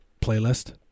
playlist